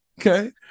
Okay